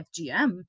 FGM